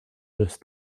just